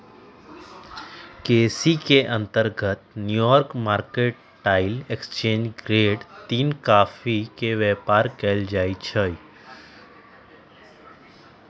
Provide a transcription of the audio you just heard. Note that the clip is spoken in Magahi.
केसी के अंतर्गत न्यूयार्क मार्केटाइल एक्सचेंज ग्रेड तीन कॉफी के व्यापार कएल जाइ छइ